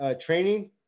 training